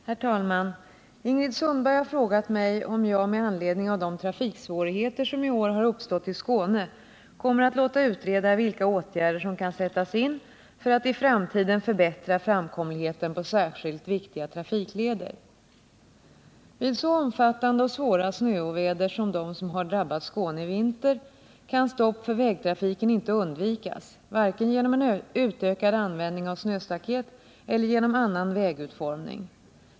Herr talman! Ingrid Sundberg har frågat mig om jag med anledning av de trafiksvårigheter som i år har uppstått i Skåne kommer att låta utreda vilka åtgärder som kan sättas in för att i framtiden förbättra framkomligheten på särskilt viktiga trafikleder. Vid så omfattande och svåra snöoväder som de som har drabbat Skåne i vinter kan stopp för vägtrafiken inte undvikas, varken genom en utökad användning av snöstaket eller genom annan vägutformning.